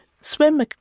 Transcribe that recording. swim